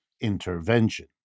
intervention